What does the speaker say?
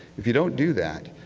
if you don't do that,